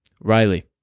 Riley